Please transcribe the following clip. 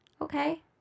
Okay